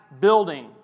building